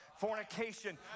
Fornication